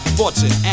fortune